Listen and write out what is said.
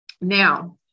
Now